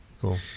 cool